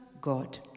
God